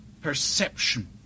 perception